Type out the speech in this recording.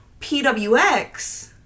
PWX